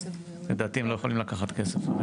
לדעתי, הם לא יכולים לקחת כסף.